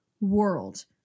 world